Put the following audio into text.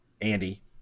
Andy